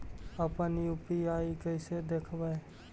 अपन यु.पी.आई कैसे देखबै?